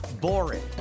boring